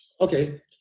Okay